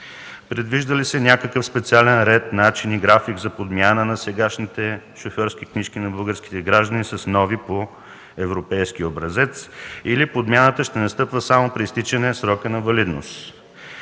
Предвижда ли се някакъв специален ред, начин и график за подмяна на сегашните шофьорски книжки на българските граждани с нови по европейски образец, или подмяната ще настъпва само при изтичане срока на валидност?